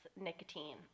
nicotine